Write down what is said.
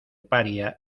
paria